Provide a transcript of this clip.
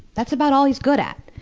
that's about all he's good at.